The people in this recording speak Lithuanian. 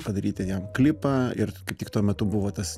padaryti jam klipą ir kaip tik tuo metu buvo tas